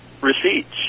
receipts